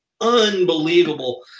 unbelievable